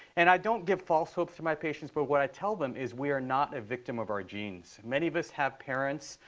and i don't give false hope to my patients, but what i tell them is we are not a victim of our genes. many of us have parents.